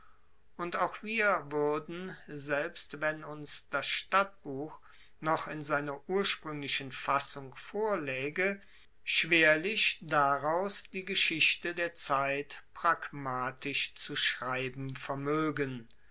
und auch wir wuerden selbst wenn uns das stadtbuch noch in seiner urspruenglichen fassung vorlaege schwerlich daraus die geschichte der zeit pragmatisch zu schreiben vermoegen